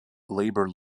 labour